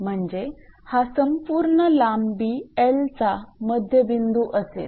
म्हणजे हा संपूर्ण लांबी L चा मध्यबिंदू असेल